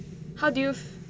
how do you